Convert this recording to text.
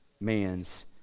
man's